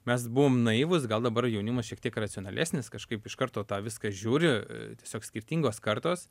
mes buvom naivūs gal dabar jaunimas šiek tiek racionalesnis kažkaip iš karto tą viską žiūri tiesiog skirtingos kartos